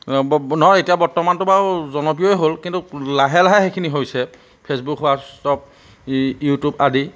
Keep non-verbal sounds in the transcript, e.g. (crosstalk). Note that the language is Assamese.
(unintelligible) নহয় এতিয়া বৰ্তমানটো বাৰু জনপ্ৰিয়ই হ'ল কিন্তু লাহে লাহে সেইখিনি হৈছে ফেচবুক হোৱাটছআপ ই ইউটিউব আদি